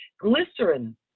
glycerin